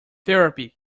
therapy